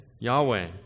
Yahweh